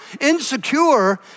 insecure